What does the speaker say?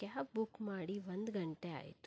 cab book ಮಾಡಿ ಒಂದು ಗಂಟೆ ಆಯಿತು